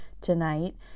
tonight